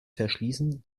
verschließen